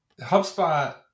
HubSpot